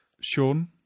Sean